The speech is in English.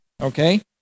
Okay